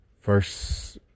first